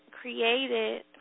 created